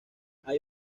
hay